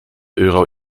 euro